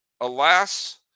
alas